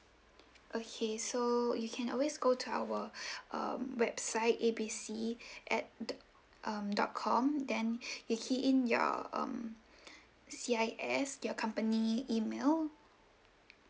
okay so you can always go to our um website A B C at dot um dot com then you key in your um C_I_S your company email